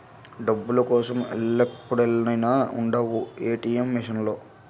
డబ్బుల కోసం ఎప్పుడెల్లినా ఉండవు ఏ.టి.ఎం మిసన్ లో